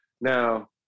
Now